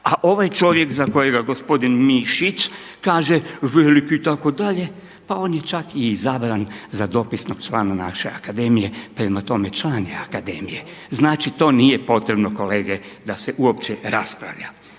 A ovaj čovjek za kojega gospodin Mišić kaže veliki itd., pa on je čak i izabran za dopisnog člana naše Akademije prema tome član je Akademije. Znači to nije potrebno kolege da se uopće raspravlja.